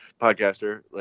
podcaster